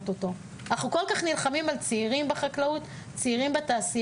אנחנו כל כך נלחמים על צעירים בחקלאות ובתעשייה,